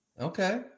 Okay